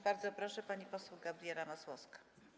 Bardzo proszę, pani poseł Gabriela Masłowska.